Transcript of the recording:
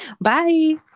bye